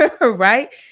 right